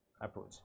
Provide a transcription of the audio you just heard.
approach